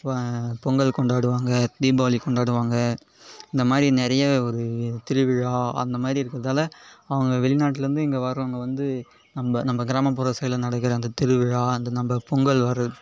இப்போ பொங்கல் கொண்டாடுவாங்க தீபாவளி கொண்டாடுவாங்க இந்த மாதிரி நிறைய ஒரு திருவிழா அந்தமாதிரி இருக்கிறதால அவங்க வெளிநாட்டுலேருந்து இங்கே வரவங்க வந்து நம்ப நம்ப கிராமப்புற சைடில் நடக்கிற அந்த திருவிழா அந்த நம்ப பொங்கல் வர்றது